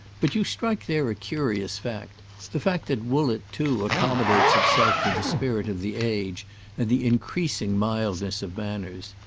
but you strike there a curious fact the fact that woollett too accommodates itself to the spirit of the age and the increasing mildness of manners.